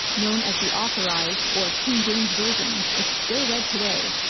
known as the authorized or king james version, is still read today,